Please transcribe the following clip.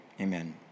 amen